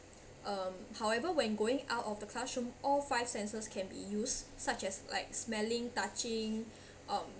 uh however when going out of the classroom all five senses can be used such as like smelling touching uh